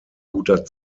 guter